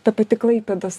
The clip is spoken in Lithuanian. ta pati klaipėdos